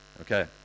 Okay